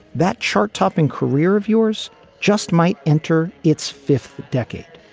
that chart topping career of yours just might enter its fifth decade.